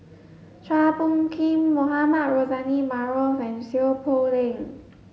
Chua Phung Kim Mohamed Rozani Maarof and Seow Poh Leng